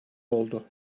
oldu